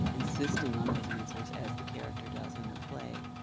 insisting on those answers, as the character does in the play.